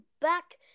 back